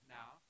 now